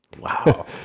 Wow